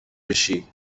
بشی